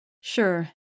Sure